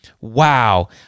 Wow